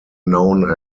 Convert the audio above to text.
known